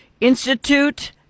Institute